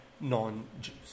non-Jews